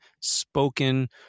spoken